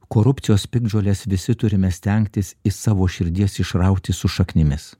korupcijos piktžoles visi turime stengtis savo širdies išrauti su šaknimis